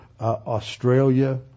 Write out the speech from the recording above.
Australia